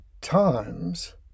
times